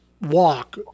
walk